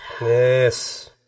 Yes